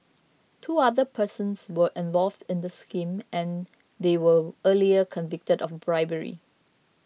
two other persons were involved in the scheme and they were earlier convicted of bribery